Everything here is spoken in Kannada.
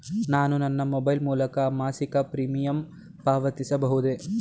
ನಾನು ನನ್ನ ಮೊಬೈಲ್ ಮೂಲಕ ಮಾಸಿಕ ಪ್ರೀಮಿಯಂ ಪಾವತಿಸಬಹುದೇ?